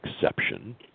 exception